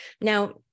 Now